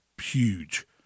huge